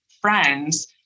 friends